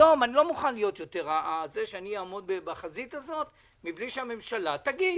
היום אני לא מוכן יותר לעמוד בחזית הזאת מבלי שהממשלה תגיד.